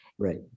Right